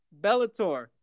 Bellator